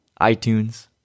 iTunes